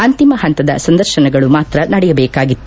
ಅಂತಿಮ ಹಂತದ ಸಂದರ್ಶನಗಳು ಮಾತ್ರ ನಡೆಯಬೇಕಾಗಿತ್ತು